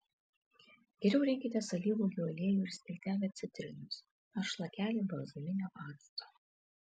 geriau rinkitės alyvuogių aliejų ir skiltelę citrinos ar šlakelį balzaminio acto